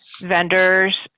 vendors